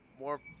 More